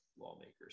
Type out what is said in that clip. Lawmakers